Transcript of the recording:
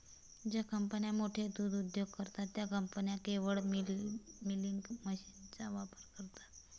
ज्या कंपन्या मोठे दूध उद्योग करतात, त्या कंपन्या केवळ मिल्किंग मशीनचा वापर करतात